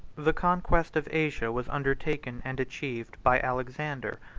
the conquest of asia was undertaken and achieved by alexander,